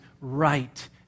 right